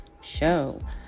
show